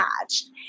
attached